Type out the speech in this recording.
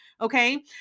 okay